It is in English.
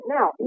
Now